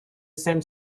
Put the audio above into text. same